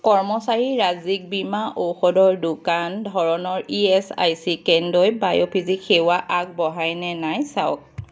কৰ্মচাৰীৰ ৰাজ্যিক বীমা ঔষধৰ দোকান ধৰণৰ ইএচআইচি কেন্দ্ৰই বায়'ফিজিক্স সেৱা আগবঢ়ায় নে নাই চাওক